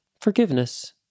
forgiveness